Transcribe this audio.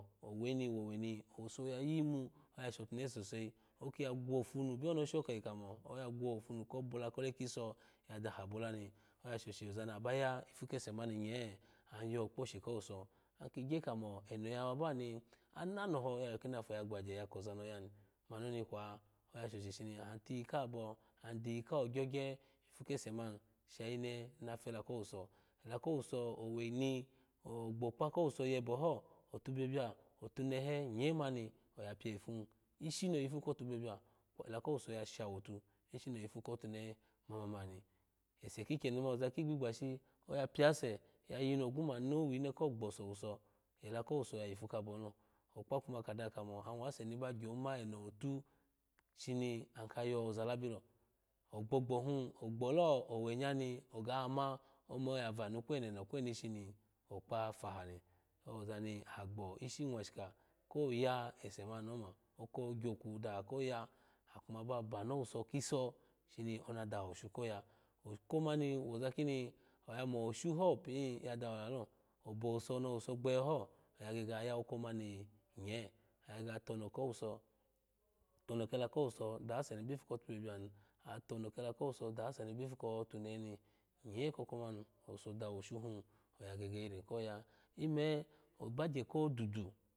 Oweni wowe ni owuso yu yiwu oshotune he sosai oki ya gwofunu biyo ni oshoko yi komo oya gwofunu obala kole kiso ya da habola ni oya shoshi oza mi aba ya ipu kese mani nye ayo kposhi kowuso akigye kamo eno ya waba ni ananodo yu yo kinafu yagbagye ya kozu ni oyani mani oni kula aya shoshi shine na fela kowuso da kowuso wowe ni ogbokpa kowuso yebe ho otubiyobiya otunehe nye mani oya piye ipu nu shawotu ishini oyipu kotunehe mamani ese kikyenyi mani oza kigbigbeshi oya piyasu oya yinnu ogwu manu wino ko. gbosowuso da kowuso ya yipu kabohilo okpa kuma kadaha kamo asheri ba gyoma ogbolo owenya noga ma ome oya vanu kwenono kweenishi ni okpa fahami oza ni aha gbo ishi mwashika ko ya ese mani ni omo oko gyoku daha ese mani koya aha kumu ba a rowuso kiso shoni ona daha oshu koya oko mani wozu kini aya moshulo biyu dawo lalo obo wuso ni owuso gbeho oya gege ya yawoko mani nye oya gege ya tono kowuso tono kela kowuso dase mi bipu kotune hemi nye koko mani owuso dawo shu oya gege kiri koya ime obagye kodudu